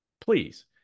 please